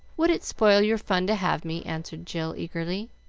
would it spoil your fun to have me? answered jill, eagerly.